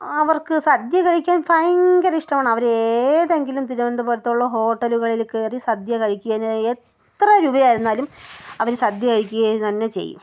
അവർക്ക് സദ്യ കഴിക്കാൻ ഭയങ്കര ഇഷ്ടമാണ് അവർ ഏതെങ്കിലും തിരുവനന്തപുരത്തുള്ള ഹോട്ടലുകളിൽ കയറി സദ്യ കഴിക്കുക എത്ര രൂപ ആയിരുന്നാലും അവർ സദ്യ കഴിക്കുക തന്നെ ചെയ്യും